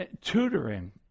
tutoring